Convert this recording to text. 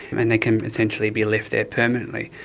and they can essentially be left there permanently.